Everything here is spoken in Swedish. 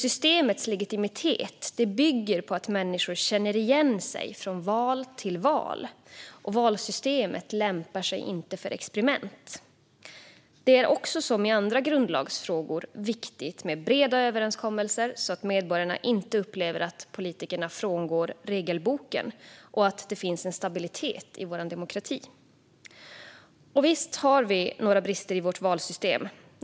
Systemets legitimitet bygger på att människor känner igen sig från val till val. Valsystemet lämpar sig inte för experiment. Det är också, som i andra grundlagsfrågor, viktigt med breda överenskommelser så att medborgarna inte upplever att politikerna frångår regelboken och så att det finns en stabilitet i vår demokrati. Visst finns brister i vårt valsystem.